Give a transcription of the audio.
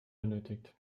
benötigt